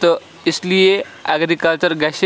تہٕ اِسلیے ایٚگرِکَلچَر گژھِ